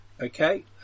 Okay